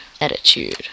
attitude